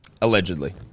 Allegedly